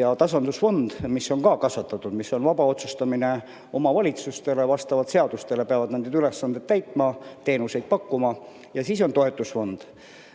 ja tasandusfondist, mida on ka kasvatatud, mis tähendab vaba otsustamist omavalitsustele, vastavalt seadustele peavad nad neid ülesandeid täitma, teenuseid pakkuma, ja siis on toetusfond,